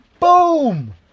Boom